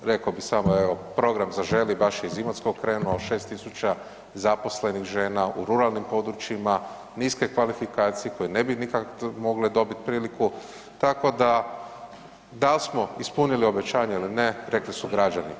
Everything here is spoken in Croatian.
Rekao bi samo evo program „Zaželi“ baš je iz Imotskih krenuo, 6.000 zaposlenih žena u ruralnim područjima, niske kvalifikacije koje ne bi nikad mogle dobiti priliku, tako da li smo ispunili obećanja ili ne rekli su građani.